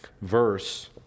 verse